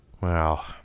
Wow